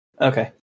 Okay